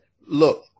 look